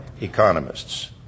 economists